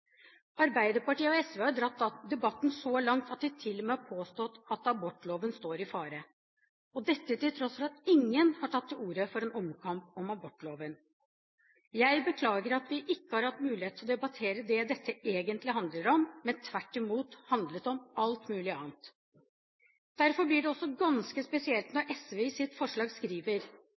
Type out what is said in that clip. Arbeiderpartiet og SV har dratt debatten så langt at de til og med har påstått at abortloven står i fare, til tross for at ingen har tatt til orde for en omkamp om abortloven. Jeg beklager at vi ikke har hatt mulighet til å debattere det dette egentlig handler om, men at det tvert imot har handlet om alt mulig annet. Derfor blir det også ganske spesielt når SV i sitt forslag skriver